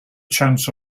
chance